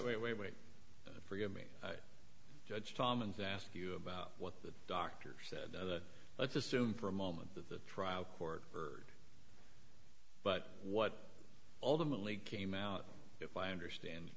wait wait wait forgive me judge tom and then ask you about what the doctor said let's assume for a moment that the trial court heard but what ultimately came out if i understand